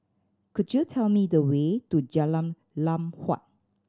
could you tell me the way to Jalan Lam Huat